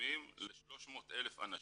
רישומים ל-300,000 אנשים,